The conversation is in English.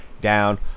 down